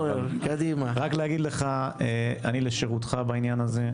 רק להגיד לך שאני לשירותך בעניין הזה.